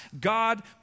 God